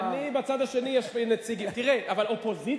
בצד השני יש נציגים, תראה, אבל אופוזיציה?